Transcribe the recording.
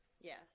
Yes